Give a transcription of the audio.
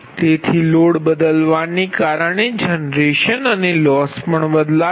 તેથી લોડ બદલાવવા ને કારણે જનરેશન અને લોસ પણ બદલાશે